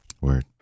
Word